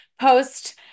post